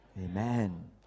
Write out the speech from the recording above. amen